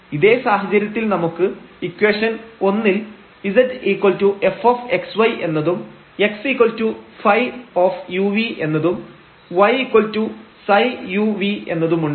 ഇതേ സാഹചര്യത്തിൽ നമുക്ക് ഇക്വേഷൻ 1 ൽ z fxy എന്നതും xϕ u v എന്നതും yψ u v എന്നതുമുണ്ട്